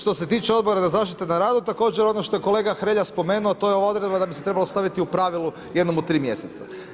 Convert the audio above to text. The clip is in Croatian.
Što se tiče Odbora za zaštite na radu također on što je također kolega Hrelja spomenuo to je odredba da bi se trebalo staviti u pravilu jednom u tri mjeseca.